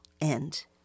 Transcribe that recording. end